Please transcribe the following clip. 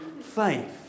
faith